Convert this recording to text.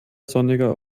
sonniger